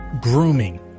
Grooming